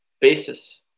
basis